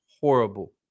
horrible